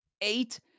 eight